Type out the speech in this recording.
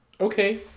Okay